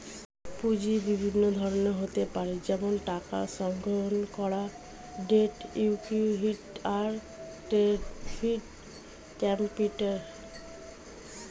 পুঁজি বিভিন্ন ধরনের হতে পারে যেমন টাকা সংগ্রহণ করা, ডেট, ইক্যুইটি, আর ট্রেডিং ক্যাপিটাল